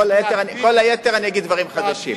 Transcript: בכל היתר אני אגיד דברים חדשים.